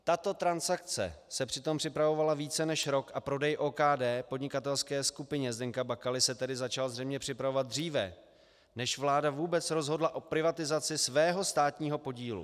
Tato transakce se přitom připravovala více než rok a prodej OKD podnikatelské skupině Zdeňka Bakaly se tedy začal zřejmě připravovat dříve, než vláda vůbec rozhodla o privatizaci svého státního podílu.